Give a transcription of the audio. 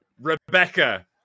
rebecca